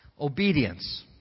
Obedience